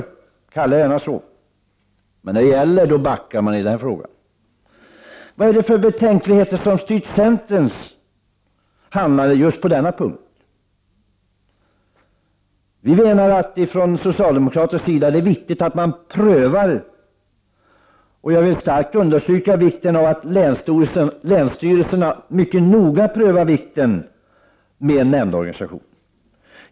Ni kallar er gärna så, men när det gäller, då backar ni i den frågan. Vad är det för betänkligheter som styrt centerns handlande på denna punkt? Från socialdemokratisk sida vill jag starkt understryka vikten av att länsstyrelserna noga provar sig fram med nämndorganisationen.